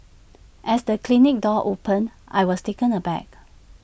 as the clinic door opened I was taken aback